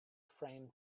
framed